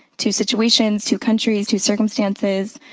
two situations, two countries, two circumstances,